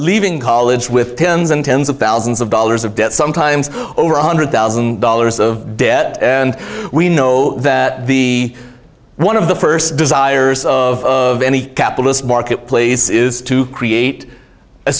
leaving college with tens and tens of thousands of dollars of debt sometimes over one hundred thousand dollars of debt and we know that the one of the first desires of any capitalist marketplace is to create a